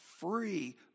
free